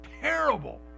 terrible